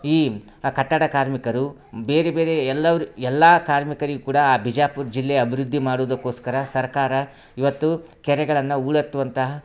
ಈ ಕಟ್ಟಡ ಕಾರ್ಮಿಕರು ಬೇರೆ ಬೇರೆ ಎಲ್ಲಾವ್ರು ಎಲ್ಲ ಕಾರ್ಮಿಕರಿಗೂ ಕೂಡಾ ಆ ಬಿಜಾಪುರ ಜಿಲ್ಲೆ ಅಭಿವೃದ್ದಿ ಮಾಡೋದಕೋಸ್ಕರ ಸರ್ಕಾರ ಇವತ್ತು ಕೆರೆಗಳನ್ನು ಹೂಳೆತ್ತುವಂತಹ